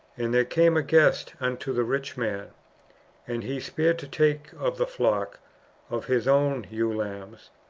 and there came a guest unto the rich man and he spared to take of the flock of his own ewe lambs,